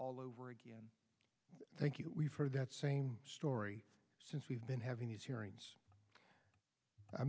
all over again thank you for that same story since we've been having these hearing